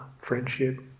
friendship